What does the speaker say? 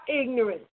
ignorance